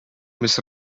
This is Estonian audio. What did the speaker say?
mis